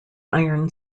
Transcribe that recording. iron